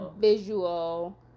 visual